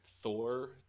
Thor